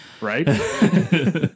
Right